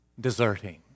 deserting